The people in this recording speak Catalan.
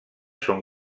són